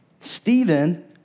Stephen